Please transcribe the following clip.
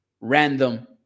random